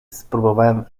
spróbowałem